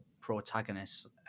protagonists